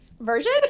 Version